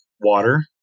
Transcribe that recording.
water